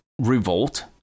revolt